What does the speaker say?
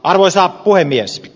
arvoisa puhemies